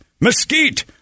mesquite